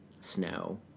snow